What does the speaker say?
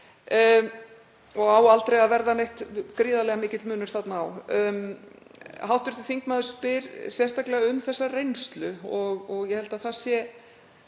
og á aldrei að verða neitt gríðarlega mikill munur þarna á. Hv. þingmaður spyr sérstaklega um þessa reynslu og ég held að það sé